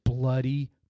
Bloody